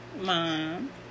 mom